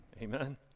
Amen